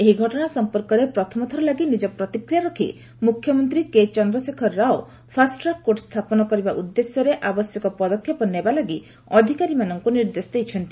ଏହି ଘଟଣା ସଫପର୍କରେ ପ୍ରଥମତର ଲାଗି ନିଜ ପ୍ରତିକ୍ରିୟା ରଖି ମୁଖ୍ୟମନ୍ତ୍ରୀ କେଚନ୍ଦ୍ରଶେଖର ରାଓ ଫାଷ୍ଟ୍ରାକ୍ କୋର୍ଟ ସ୍ଥାପନ କରିବା ଉଦ୍ଦେଶ୍ୟରେ ଆବଶ୍ୟକ ପଦକ୍ଷେପ ନେବା ଲାଗି ଅଧିକାରୀମାନଙ୍କୁ ନିର୍ଦ୍ଦେଶ ଦେଇଛନ୍ତି